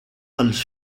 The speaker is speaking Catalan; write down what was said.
els